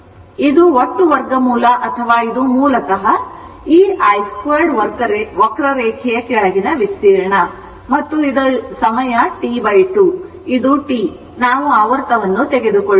ಇದು ಒಟ್ಟು ವರ್ಗಮೂಲ ಅಥವಾ ಇದು ಮೂಲತಃ ಈ I 2 ವಕ್ರರೇಖೆಯ ಕೆಳಗಿನ ವಿಸ್ತೀರ್ಣ ಮತ್ತು ಇದು ಸಮಯ T 2 ಇದು T ನಾವು ಆವರ್ತವನ್ನು ತೆಗೆದುಕೊಳ್ಳುತ್ತೇವೆ